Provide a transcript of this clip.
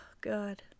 God